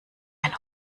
ein